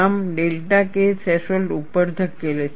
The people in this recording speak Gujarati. આમ ડેલ્ટા K થ્રેશોલ્ડ ઉપર ધકેલે છે